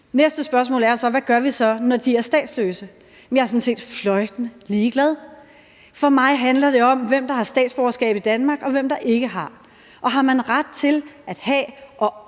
Næste spørgsmål er så, hvad vi gør, når de er statsløse. Jeg er sådan set fløjtende ligeglad. For mig handler det om, hvem der har statsborgerskab i Danmark, og hvem der ikke har. Og har man ret til at have og